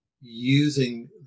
using